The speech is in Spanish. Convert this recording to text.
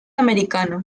americano